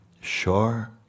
Sure